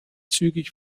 zügig